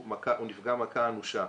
הוא נפגע מכה אנושה.